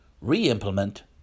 re-implement